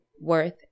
worth